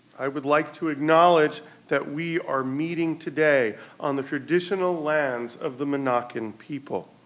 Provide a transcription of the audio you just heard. i would like to acknowledge that we are meeting today on the traditional lands of the monacan people.